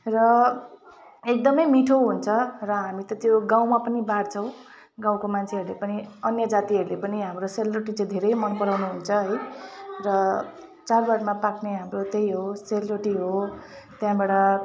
र एकदमै मिठो हुन्छ र हामी त त्यो गाउँमा पनि बाँड्छौँ गाउँको मान्छेहरूले पनि अन्य जातिहरूले पनि हाम्रो सेलरोटी चाहिँ धेरै मनपराउनु हुन्छ है र चाडबाडमा पाक्ने हाम्रो त्यही हो सेलरोटी हो त्यहाँबाट